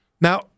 Now